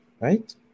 Right